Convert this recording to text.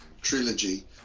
trilogy